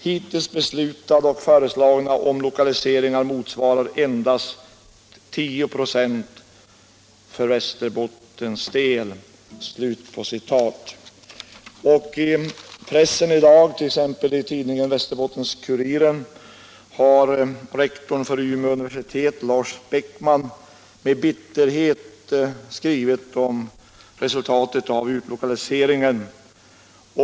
Hittills beslutade och föreslagna omlokaliseringar motsvarar endast 10 96 för Västerbottens del.” I tidningen Västerbottens-Kuriren har rektorn för Umeå universitet, Lars Beckman, i dag med bitterhet skrivit om resultatet av utlokaliseringen.